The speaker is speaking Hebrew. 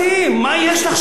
מה יש לחשוש?